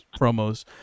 promos